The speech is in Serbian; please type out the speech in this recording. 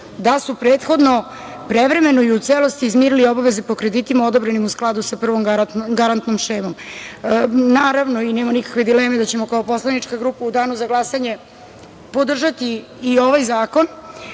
da su prethodno prevremeno i u celosti izmirili obaveze po kreditima odobrenim u skladu sa prvom garantnom šemom. Naravno, i nema nikakve dileme, da ćemo kao poslanička grupa u danu za glasanje podržati i ovaj zakon,